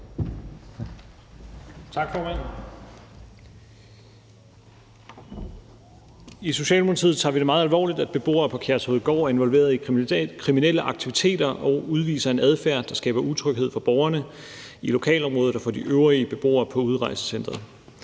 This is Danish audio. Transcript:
Tak, formand. I Socialdemokratiet tager vi det meget alvorligt, at beboere på Kærshovedgård er involveret i kriminelle aktiviteter og udviser en adfærd, der skaber utryghed for borgerne i lokalområdet og for de øvrige beboere på udrejsecenteret.